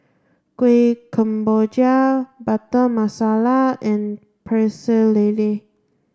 Kuih Kemboja butter Masala and Pecel Lele